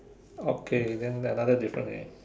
okay then another different is